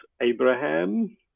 Abraham